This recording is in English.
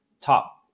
top